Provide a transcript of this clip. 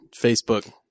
Facebook